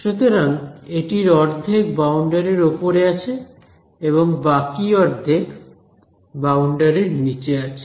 সুতরাং এটির অর্ধেক বাউন্ডারির ওপরে আছে এবং বাকি অর্ধেক বাউন্ডারির নিচে আছে